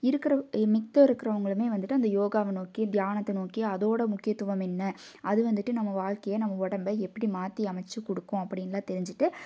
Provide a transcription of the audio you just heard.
இருக்கிற மத்த இருக்கிறவங்களுமே வந்துவிட்டு அந்த யோகாவை நோக்கி தியானத்தை நோக்கி அதோட முக்கியத்துவம் என்ன அது வந்துட்டு நம்ம வாழ்க்கையை நம்ம உடம்ப எப்படி மாற்றி அமைச்சி கொடுக்கும் அப்படீன்னுலாம் தெரிஞ்சிகிட்டு